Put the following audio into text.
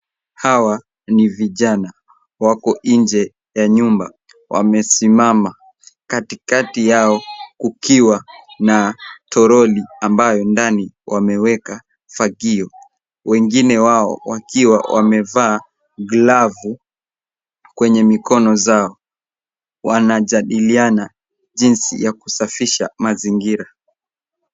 Hawa ni vijana wako nje ya nyumba. Wamesimama katikati yao kukiwa na toroli ambayo ndani wameweka fagio wengine wao wakiwa wamevaa glavu kwenye mikono zao. Wanajadiliana jinsi ya kusafisha mazingira.